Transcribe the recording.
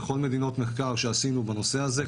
בכל מדינות המחקר שעשינו בנושא הזה,